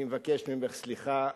אני מבקש ממך סליחה,